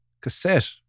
cassette